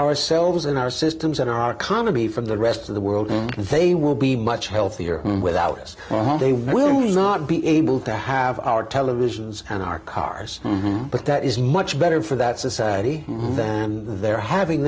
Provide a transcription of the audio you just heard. ourselves in our systems at our comedy from the rest of the world they will be much healthier without us they will not be able to have our televisions and our cars but that is much better for that society than their having